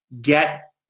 get